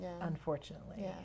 unfortunately